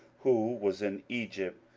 who was in egypt,